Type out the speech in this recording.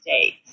States